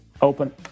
Open